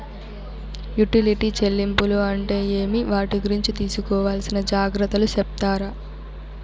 Utility చెల్లింపులు అంటే ఏమి? వాటి గురించి తీసుకోవాల్సిన జాగ్రత్తలు సెప్తారా?